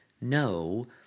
no